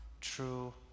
true